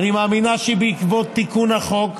שבעקבות תיקון החוק,